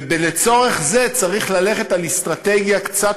ולצורך זה צריך ללכת על אסטרטגיה קצת